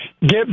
Get